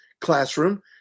classroom